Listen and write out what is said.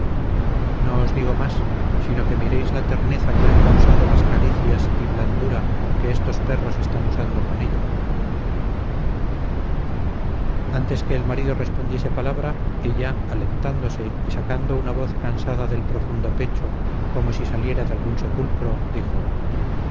os digo más sino que miréis la terneza que han causado las caricias y blandura que estos perros están usando con ella antes que el marido respondiese palabra ella alentándose y sacando una voz cansada del profundo pecho como si saliera de algún sepulcro dijo